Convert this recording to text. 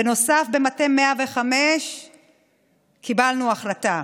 בנוסף, במטה 105 קיבלנו החלטה: